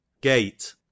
Gate